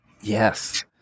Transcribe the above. yes